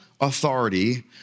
authority